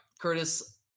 Curtis